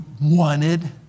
wanted